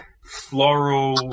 floral